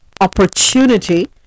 opportunity